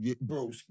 Bro